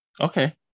Okay